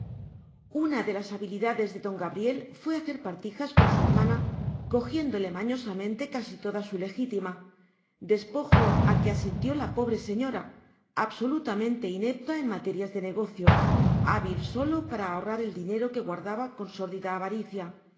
una de las habilidades de don gabriel fue hacer partijas con su hermana cogiéndole mañosamente casi toda su legítima despojo a que asintió la pobre señora absolutamente inepta en materia de negocios hábil sólo para ahorrar el dinero que guardaba con sórdida avaricia